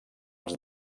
els